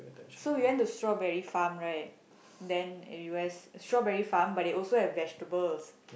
so we went to strawberry farm right then in u_s strawberry farm but they also have vegetables